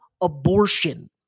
abortion